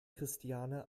christiane